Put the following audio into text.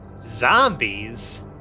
Zombies